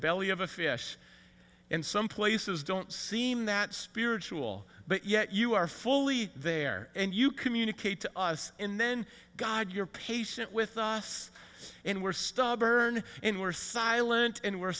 belly of a fish and some places don't seem that spiritual but yet you are fully there and you communicate to us and then god you're patient with us and we're stubborn and were silent and we're